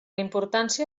importància